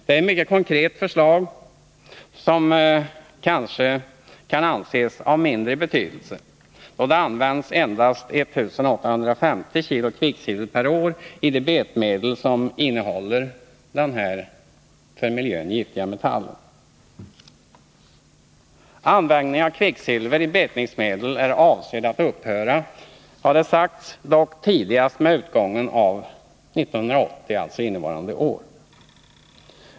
Det är ett mycket konkret förslag, som kanske kan anses av mindre betydelse då det används endast ca 1850 kg kvicksilver per år i de betningsmedel som innehåller denna för miljön giftiga metall. Användningen av kvicksilver i betningsmedel är avsedd att upphöra, har det sagts, dock tidigast med utgången av år 1980, alltså innevarande år.